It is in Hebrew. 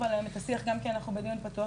עליהם את השיח גם כי אנחנו בדיון פתוח.